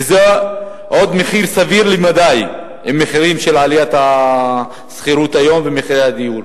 וזה עוד מחיר סביר למדי עם עליית מחירי השכירות והדיור.